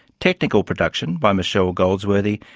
technical production by michelle goldsworthy,